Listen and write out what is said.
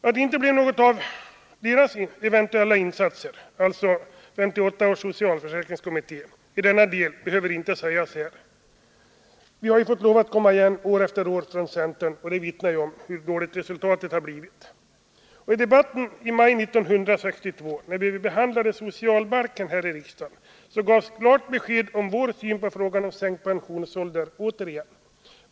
Att det inte blev något av den nämnda kommitténs insatser i denna del behöver inte sägas här. Vi har från centern fått lov att komma igen år efter år, och det vittnar ju om hur dåligt resultatet har blivit. I debatten i maj 1962, när vi behandlade socialbalken, gavs återigen klart besked om vår syn på frågan om sänkt pensionsålder.